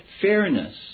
Fairness